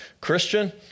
Christian